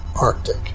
arctic